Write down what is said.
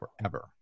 forever